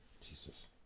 Jesus